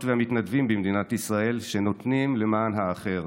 והמתנדבים במדינת ישראל שנותנים למען האחר,